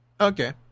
Okay